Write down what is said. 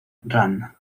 run